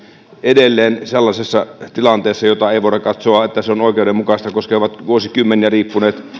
edelleen sellaisessa tilanteessa josta ei voida katsoa että se on oikeudenmukaista koska he ovat vuosikymmeniä riippuneet